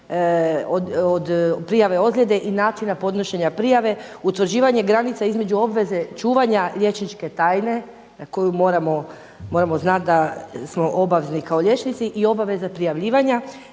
prijava ozljede i načina podnošenja prijave, utvrđivanje granica između obveze čuvanja liječničke tajne na koju moramo znati da smo obavezni kao liječnici i obaveze prijavljivanja,